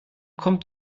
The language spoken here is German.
kommt